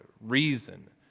reason